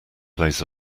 plays